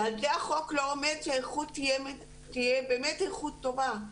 החוק לא עומד על כך שהאיכות תהיה באמת איכות טובה.